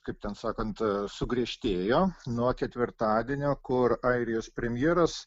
kaip ten sakant sugriežtėjo nuo ketvirtadienio kur airijos premjeras